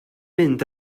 mynd